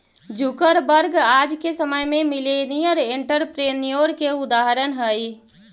Zuckerberg आज के समय में मिलेनियर एंटरप्रेन्योर के उदाहरण हई